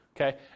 Okay